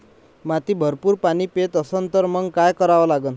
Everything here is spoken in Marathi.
माती भरपूर पाणी पेत असन तर मंग काय करा लागन?